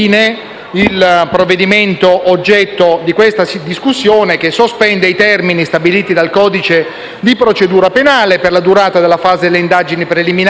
il provvedimento oggetto di questa discussione, sospende i termini stabiliti dal codice di procedura penale per la durata della fase delle indagini preliminari